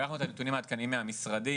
לקחנו את הנתונים העדכניים מהמשרדים,